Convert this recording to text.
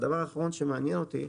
הדבר האחרון שמעניין אותי,